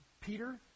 peter